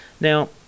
Now